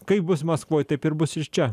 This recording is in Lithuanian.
kaip bus maskvoj taip ir bus ir čia